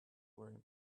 room